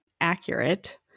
accurate